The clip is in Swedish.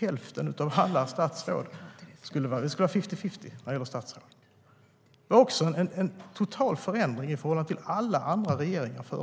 Det skulle vara fifty-fifty när det gällde statsråden. Också detta var en total förändring i förhållande till alla tidigare regeringar. Dessutom